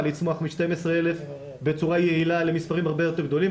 לצמוח מ-12,000 בצורה יעילה למספרים הרבה יותר גדולים,